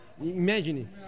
imagine